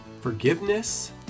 forgiveness